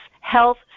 health